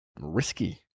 risky